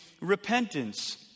repentance